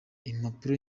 impapuro